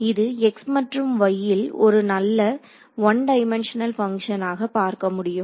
இது x மற்றும் y இல் ஒரு நல்ல ஒன் டைமண்ட்ஷனல் பங்ஷன் ஆக பார்க்க முடியும்